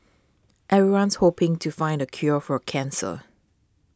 everyone's hoping to find the cure for cancer